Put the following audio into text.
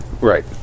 Right